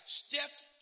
stepped